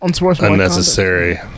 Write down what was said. Unnecessary